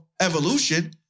evolution